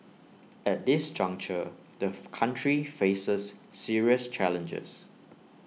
at this juncture the country faces serious challenges